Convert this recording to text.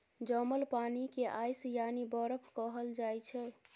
जमल पानि केँ आइस यानी बरफ कहल जाइ छै